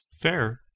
Fair